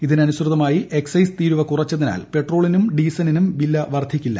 ഇ്തിനനുസൃതമായി excise തീരുവ കുറച്ചതിനാൽ പെട്രോളിനും ഡീസലിനും വില വർദ്ധിക്കില്ല